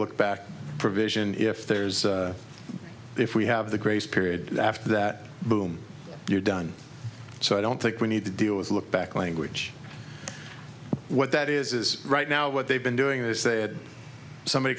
look back provision if there's if we have the grace period after that boom you're done so i don't think we need to deal with look back language what that is is right now what they've been doing they said somebody